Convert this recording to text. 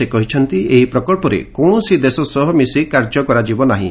ସେ କହିଛନ୍ତି ଏହି ପ୍ରକଳ୍ପରେ କୌଣସି ଦେଶ ସହ ମିଶି କାର୍ଯ୍ୟ କରାଯିବ ନାହିଁ